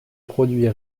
produit